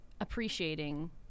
appreciating